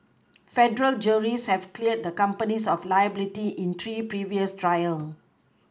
federal juries have cleared the companies of liability in three previous trials